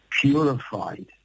purified